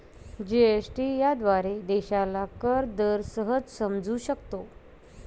GST याद्वारे देशाला कर दर सहज समजू शकतो